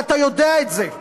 ואתה יודע את זה,